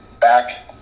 back